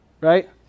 Right